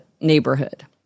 neighborhood